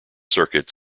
circuit